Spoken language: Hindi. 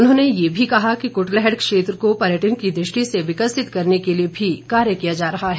उन्होंने ये भी कहा कि कुटलैहड़ क्षेत्र को पर्यटन की दृष्टि से विकसित करने के लिए भी कार्य किया जा रहा है